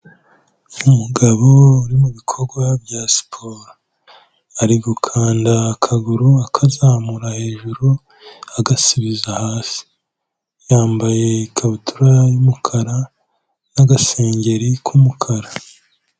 Umugabo uri mu bikorwa bya siporo. Ari gukanda akaguru akazamura hejuru agasubiza hasi. Yambaye ikabutura y'umukara n'agasengeri k'umukara.